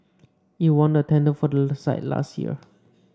it won the tender for that site last year